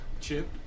Chip